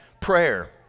prayer